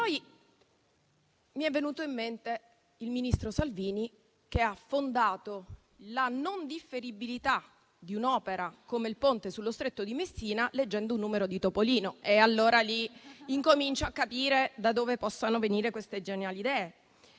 poi mi è venuto in mente il ministro Salvini, che ha fondato la non differibilità di un'opera come il Ponte sullo Stretto di Messina leggendo un numero di Topolino, e allora lì incomincio a capire da dove possano venire queste geniali idee.